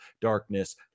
darkness